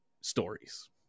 stories